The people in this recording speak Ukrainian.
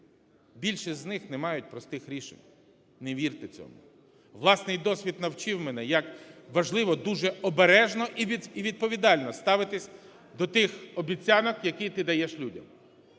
Більшість з них не мають простих рішень – не вірте цьому. Власний досвід навчив мене, як важливо дуже обережно і відповідально ставитись до тих обіцянок, які ти даєш людям.